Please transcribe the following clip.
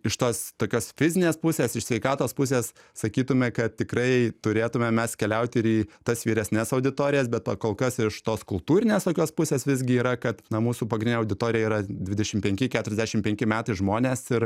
iš tos tokios fizinės pusės iš sveikatos pusės sakytume kad tikrai turėtume mes keliauti ir į tas vyresnes auditorijas bet pakol kas iš tos kultūrinės tokios pusės visgi yra kad na mūsų pagrindinė auditorija yra dvidešim penki keturiasdešim penki metų žmonės ir